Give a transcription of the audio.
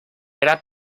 era